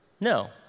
No